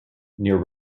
near